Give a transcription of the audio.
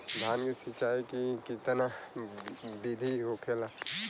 धान की सिंचाई की कितना बिदी होखेला?